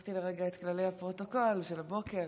שכחתי לרגע את כללי הפרוטוקול של הבוקר.